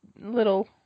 little